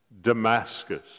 Damascus